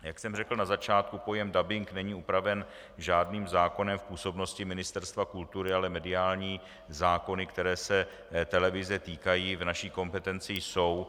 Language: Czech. Jak jsem řekl na začátku, pojem dabing není upraven žádným zákonem v působnosti Ministerstva kultury, ale mediální zákony, které se televize týkají, v naší kompetenci jsou.